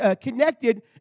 connected